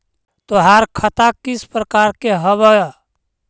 तोहार खता किस प्रकार के हवअ